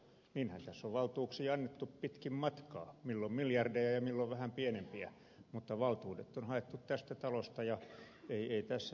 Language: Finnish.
niinhän tässä on valtuuksia annettu pitkin matkaa milloin miljardeja ja milloin vähän pienempiä mutta valtuudet on haettu tästä talosta